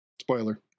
Spoiler